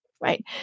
right